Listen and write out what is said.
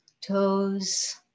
Toes